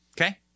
Okay